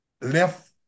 left